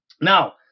Now